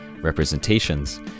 representations